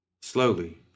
Slowly